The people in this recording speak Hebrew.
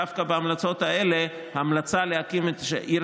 דווקא בהמלצות האלה ההמלצה להקים את העיר